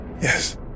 Yes